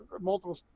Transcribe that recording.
multiple